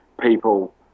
people